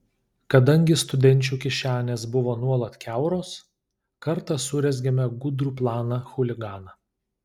kadangi studenčių kišenės buvo nuolat kiauros kartą surezgėme gudrų planą chuliganą